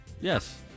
Yes